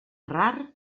rar